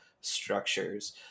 structures